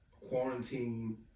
quarantine